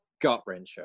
gut-wrencher